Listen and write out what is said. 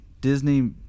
Disney